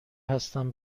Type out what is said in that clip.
هستم